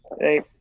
hey